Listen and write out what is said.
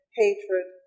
hatred